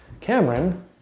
Cameron